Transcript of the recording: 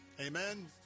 amen